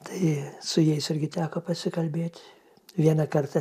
tai su jais irgi teko pasikalbėt vieną kartą